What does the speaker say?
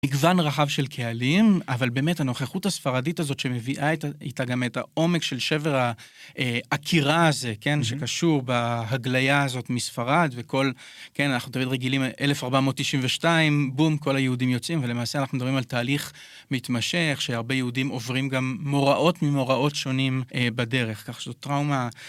מגוון רחב של קהלים, אבל באמת הנוכחות הספרדית הזאת שמביאה איתה גם את העומק של שבר העקירה הזה, שקשור בהגליה הזאת מספרד וכל, כן, אנחנו תמיד רגילים 1492, בום, כל היהודים יוצאים, ולמעשה אנחנו מדברים על תהליך מתמשך שהרבה יהודים עוברים גם מוראות ממוראות שונים בדרך, כך שזו טראומה.